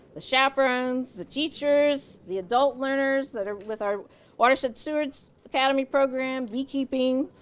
the chaperones, the teachers, the adult learners that are with our watershed stewards academy program, bee keeping,